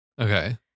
Okay